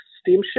steamship